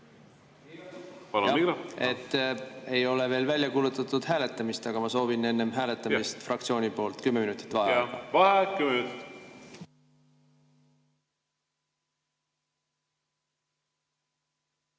vaheaega. Ei ole veel välja kuulutatud hääletamist, aga ma soovin enne hääletamist fraktsiooni nimel kümme minutit vaheaega. Vaheaeg kümme minutit.V